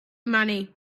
money